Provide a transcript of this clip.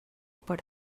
per